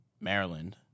Maryland